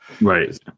right